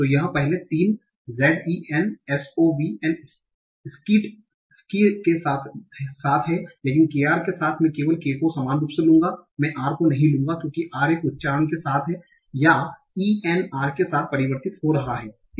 तो यह पहले 3 zen sov और skic के साथ है लेकिन kr के साथ मैं केवल k को समान रूप से लूँगा मैं r नहीं लूंगा क्योंकि r एक उच्चारण के साथ या e n r के साथ में परिवर्तित हो रहा है